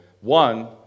One